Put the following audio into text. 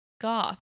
goth